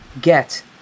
get